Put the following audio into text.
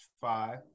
Five